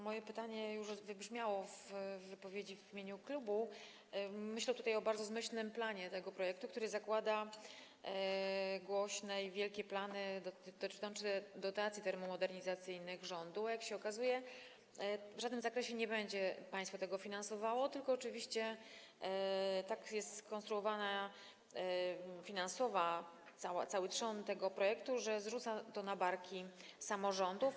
Moje pytanie już wybrzmiało w wypowiedzi w imieniu klubu, myślę tutaj o bardzo zmyślnym planie tego projektu, który zakłada głośne i wielkie rozwiązania dotyczące dotacji termomodernizacyjnych rządu, a jak się okazuje, państwo w żadnym zakresie nie będzie tego finansowało, tylko oczywiście, tak jest skonstruowany finansowy trzon tego projektu, zrzuca to na barki samorządów.